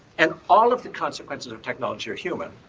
and all of the consequences of technology are human.